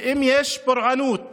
אם יש פורענות בנגב,